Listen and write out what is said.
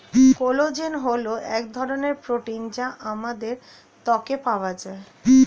collagen হল এক ধরনের প্রোটিন যা আমাদের ত্বকে পাওয়া যায়